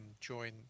join